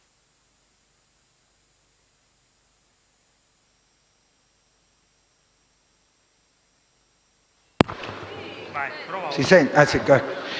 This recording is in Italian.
Grazie